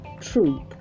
truth